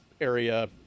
area